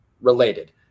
related